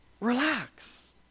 Relax